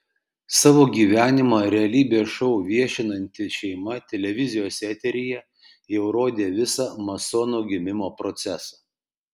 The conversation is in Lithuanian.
savo gyvenimą realybės šou viešinanti šeima televizijos eteryje jau rodė visą masono gimimo procesą